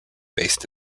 based